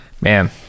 Man